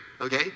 okay